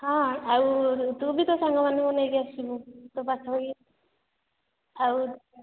ହଁ ଆଉ ତୁ ବି ତୋ ସାଙ୍ଗମାନଙ୍କୁ ନେଇକି ଆସିବୁ ତୋ ପାଖାପାଖି ଆଉ